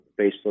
Facebook